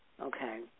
okay